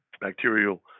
bacterial